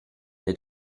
alle